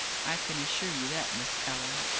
i can assure you that, miss ellen.